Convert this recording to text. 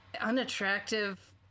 unattractive